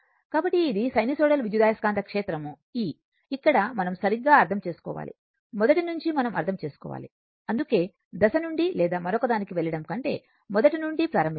కాబట్టి ఇది సైనోసోయిడల్ విద్యుదయస్కాంత క్షేత్రం E ఇక్కడ మనం సరిగ్గా అర్థం చేసుకోవాలి మొదటి నుంచి మనం అర్థం చేసుకోవాలి అందుకే దశ నుండి లేదా మరొకదానికి వెళ్ళడం కంటే మొదటి నుండి ప్రారంభించాము